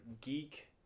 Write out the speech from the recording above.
geek